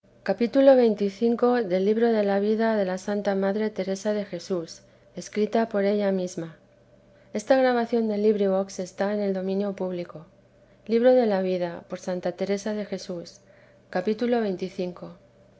de jesús tomo i vida de ía santa madre teresa de jesús escrita por ella misma pro logo del